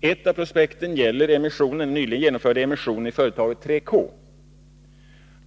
Ett av prospekten gäller den nyligen genomförda emissionen i företaget 3 K.